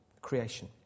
creation